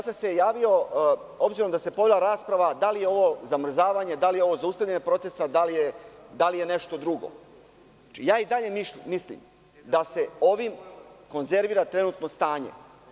S obzirom da se povela rasprava da li je ovo zamrzavanje, da li je ovo zaustavljanje procesa, da li je nešto drugo i dalje mislim da se ovim konzervira trenutno stanje.